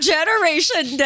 Generation